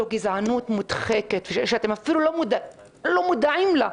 זו גזענות מודחקת שאתם אפילו לא מודעים לה,